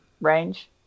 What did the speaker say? range